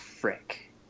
frick